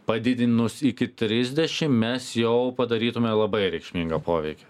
padidinus iki trisdešim mes jau padarytume labai reikšmingą poveikį